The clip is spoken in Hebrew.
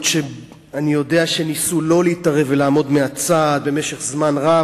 אף-על-פי שאני יודע שניסו לא להתערב ולעמוד מהצד במשך זמן רב.